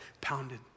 pounded